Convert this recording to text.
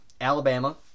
Alabama